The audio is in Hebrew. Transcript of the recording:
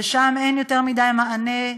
שם אין יותר מדי מענה,